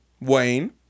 Wayne